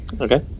Okay